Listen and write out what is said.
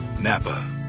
Napa